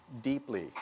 deeply